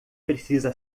precisa